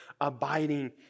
abiding